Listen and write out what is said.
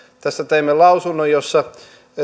tästä teimme lausunnon jossa